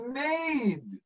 made